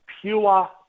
pure